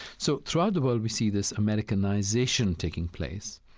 so throughout the world, we see this americanization taking place.